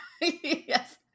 Yes